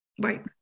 Right